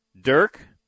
Dirk